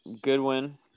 Goodwin